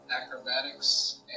acrobatics